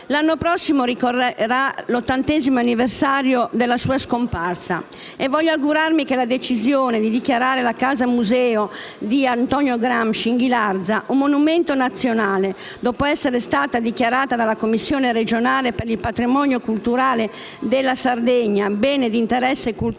L'anno prossimo ricorrerà l'ottantesimo anniversario della sua scomparsa e voglio augurarmi che la decisione di dichiarare la Casa Museo di Antonio Gramsci in Ghilarza, un monumento nazionale, dopo essere stata dichiarata dalla commissione regionale per il patrimonio culturale della Sardegna bene di interesse culturale,